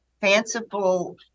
fanciful